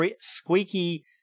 squeaky